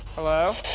hello? ooh,